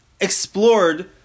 explored